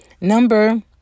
Number